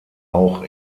auch